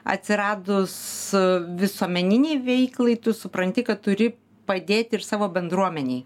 atsiradus visuomeninei veiklai tu supranti kad turi padėti ir savo bendruomenei